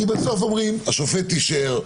כי בסוף אומרים: השופט אישר,